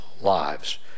lives